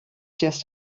just